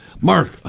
Mark